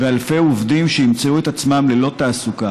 ואלפי עובדים שימצאו את עצמם ללא תעסוקה,